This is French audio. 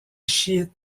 chiite